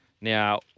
Now